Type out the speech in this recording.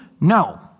No